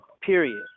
period